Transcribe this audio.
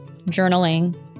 journaling